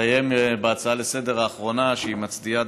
תסיים בהצעה לסדר-היום האחרונה כשהיא מצדיעה,